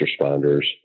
responders